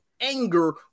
anger